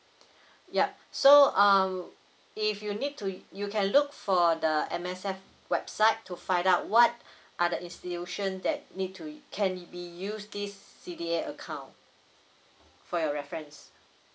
yup so err if you need to you can look for the M_S_F website to find out what other institution that need to can be use this C_D_A account for your reference